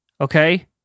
Okay